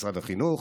משרד החינוך,